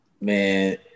Man